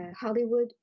Hollywood